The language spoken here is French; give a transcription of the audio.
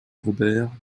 robert